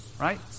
Right